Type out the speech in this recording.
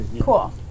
cool